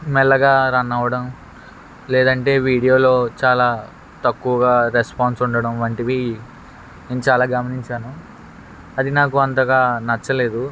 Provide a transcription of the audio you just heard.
మెల్లగా రన్ అవ్వడం లేదంటే వీడియోలో చాలా తక్కువగా రెస్పాన్స్ ఉండడం వంటివి నేను చాలా గమనించాను అది నాకు అంతగా నచ్చలేదు